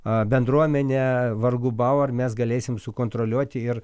a bendruomenė vargu bau ar mes galėsim sukontroliuoti ir